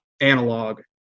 analog